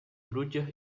truchas